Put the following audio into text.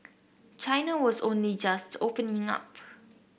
China was only just opening up